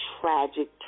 tragic